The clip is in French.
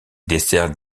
dessert